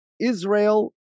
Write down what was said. Israel